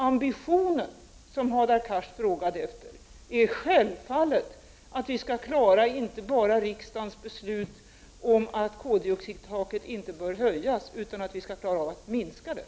Ambitionen, som Hadar Cars frågade efter, är självfallet att vi skall klara inte bara riksdagens beslut om att koldioxidtaket inte bör höjas, utan att vi skall klara av att minska det.